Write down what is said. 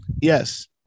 Yes